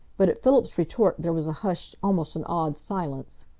but at philip's retort there was a hushed, almost an awed silence.